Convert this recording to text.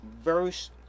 verse